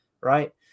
Right